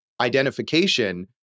identification